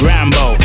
Rambo